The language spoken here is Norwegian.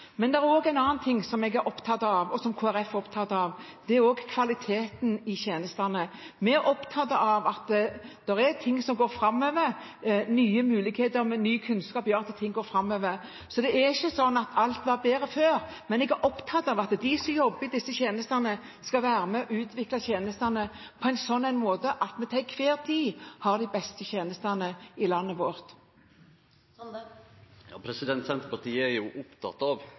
Men det er også en annen ting som jeg er opptatt av, og som Kristelig Folkeparti er opptatt av, og det er kvaliteten i tjenestene. Vi er opptatt av at ting går framover, at nye muligheter med ny kunnskap gjør at ting går framover. Det er ikke slik at alt var bedre før, men jeg er opptatt av at de som jobber i disse tjenestene, skal være med og utvikle dem på en slik måte at vi til enhver tid har de beste tjenestene i landet vårt.